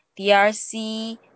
DRC